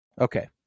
Okay